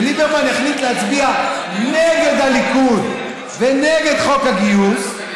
וליברמן יחליט להצביע נגד הליכוד ונגד חוק הגיוס,